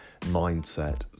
mindset